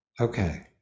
Okay